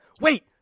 Wait